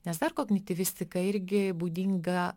nes dar kognityvistika irgi būdinga